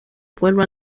pueblo